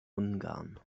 ungarn